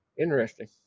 Interesting